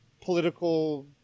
political